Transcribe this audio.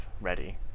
ready